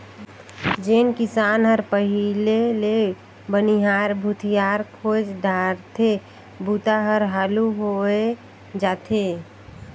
जेन किसान हर पहिले ले बनिहार भूथियार खोएज डारथे बूता हर हालू होवय जाथे